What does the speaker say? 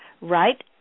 right